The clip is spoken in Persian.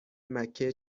مکه